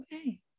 okay